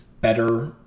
better